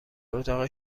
اتاق